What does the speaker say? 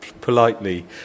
politely